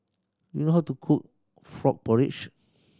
do you know how to cook frog porridge